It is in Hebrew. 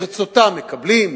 ברצותם מקבלים,